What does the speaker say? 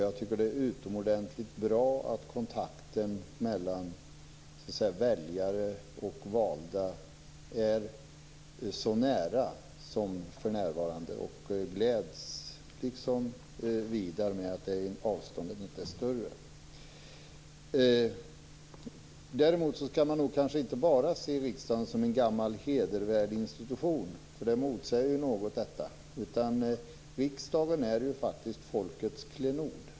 Jag tycker att det är utomordentligt bra att kontakten mellan väljare och valda är så nära som för närvarande och gläds liksom Widar Andersson över att avståndet inte är större. Man skall inte bara se riksdagen som en gammal hedervärd institution. Det motsäger något vad vi sagt. Riksdagen är faktiskt folkets klenod.